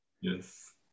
Yes